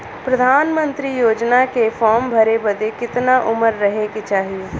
प्रधानमंत्री योजना के फॉर्म भरे बदे कितना उमर रहे के चाही?